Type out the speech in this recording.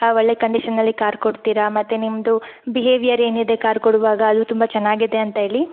ಒಳ್ಳೆ ಕಂಡಿಷನಲ್ಲಿ ಕಾರ್ ಕೊಡ್ತೀರ ಮತ್ತು ನಿಮ್ಮದು ಬಿಹೇವಿಯರ್ ಏನಿದೆ ಕಾರ್ ಕೊಡುವಾಗ ಅದು ತುಂಬ ಚೆನ್ನಾಗಿದೆ ಅಂತೇಳಿ